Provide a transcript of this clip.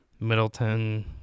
Middleton